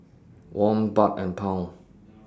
Won Baht and Pound